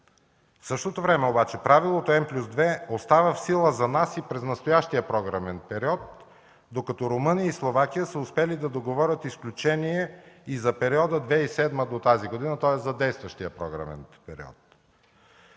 В същото време обаче правилото М+2 остава в сила за нас и през настоящия програмен период, докато Румъния и Словакия са успели да договорят изключение и за периода от 2007 до тази година, тоест за действащия програмен период,